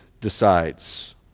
decides